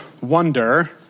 wonder